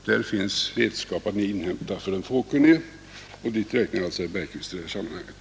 Där finns vetskap att inhämta för den fåkunnige, och dit räknar jag alltså herr Bergqvist i det här sammanhanget.